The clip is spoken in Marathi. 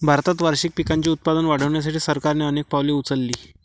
भारतात वार्षिक पिकांचे उत्पादन वाढवण्यासाठी सरकारने अनेक पावले उचलली